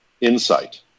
insight